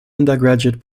undergraduate